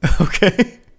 Okay